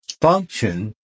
function